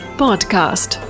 podcast